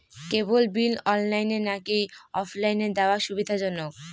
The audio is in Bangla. কেবল বিল অনলাইনে নাকি অফলাইনে দেওয়া সুবিধাজনক?